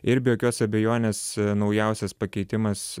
ir be jokios abejonės naujausias pakeitimas